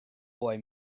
boy